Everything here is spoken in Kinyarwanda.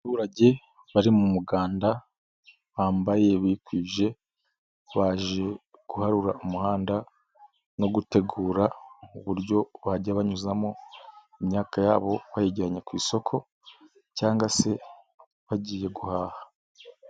Abaturage bari mu muganda bambaye bikwije baje guharura umuhanda no gutegura uburyo bajya banyuzamo imyaka yabo bayijyanye ku isoko cyangwa se bagiye guhaha.